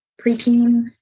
preteen